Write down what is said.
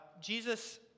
Jesus